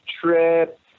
trip